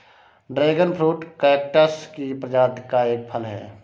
dragon fruit cactus की प्रजाति का एक फल है